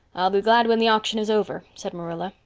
i'll be glad when the auction is over, said marilla.